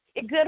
good